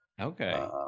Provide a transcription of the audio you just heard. Okay